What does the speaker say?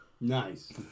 Nice